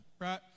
right